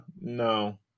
no